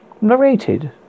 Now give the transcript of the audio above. Narrated